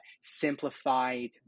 simplified